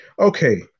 Okay